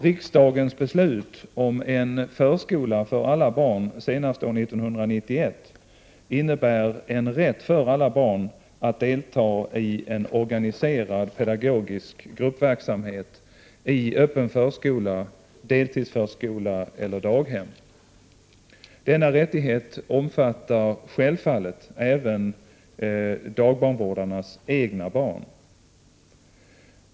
Riksdagens beslut om en förskola för alla barn senast år 1991 innebär en rätt för alla barn att delta i en organiserad pedagogisk gruppverksamhet i öppen förskola, deltidsförskola eller daghem. Denna rättighet omfattar självfallet även dagbarnvårdarnas egna barn.